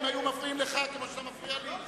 אם היו מפריעים לך כמו שאתה מפריע לי.